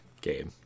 game